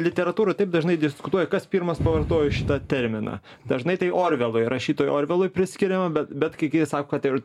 žinokit literatūroj taip dažnai diskutuoja kas pirmas pavartojo šitą terminą dažnai tai orvelui rašytojui orvelui priskiriama bet bet kiti sako kad ir